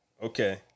Okay